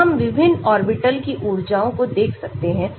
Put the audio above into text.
तो हम विभिन्न ऑर्बिटल्स की ऊर्जाओं को देख सकते हैं